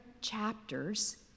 chapters